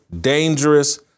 dangerous